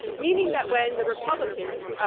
meaning that when the republicans,